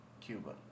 Cuba